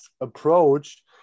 approach